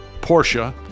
Porsche